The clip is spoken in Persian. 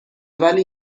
ولی